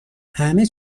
همه